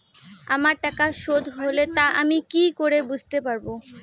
আমার টাকা শোধ হলে তা আমি কি করে বুঝতে পা?